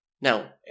Now